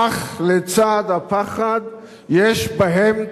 אך לצד הפחד יש בהן תקווה,